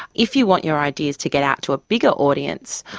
if you want your ideas to get out to a bigger audience,